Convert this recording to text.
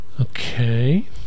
Okay